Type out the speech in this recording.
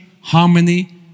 harmony